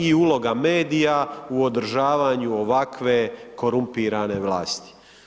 I uloga medija u održavanju ovakve korumpirane vlasti.